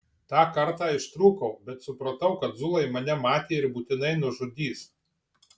tą kartą ištrūkau bet supratau kad zulai mane matė ir būtinai nužudys